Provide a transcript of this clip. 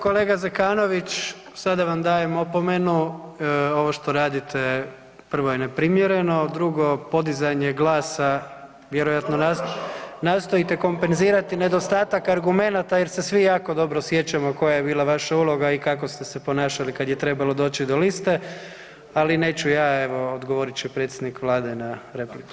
Kolega Zekanović sada vam dajem opomenu ovo što radite prvo je neprimjereno, drugo podizanje glasa vjerojatno nastojite kompenzirate nedostatak argumenata jer se svi jako dobro sjećamo koja je bila vaša uloga i kako ste se ponašali kad je trebalo doći do liste, ali neću ja evo odgovorit će predsjednik Vlade na repliku.